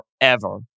forever